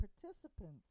participants